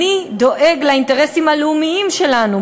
אני דואג לאינטרסים הלאומיים שלנו,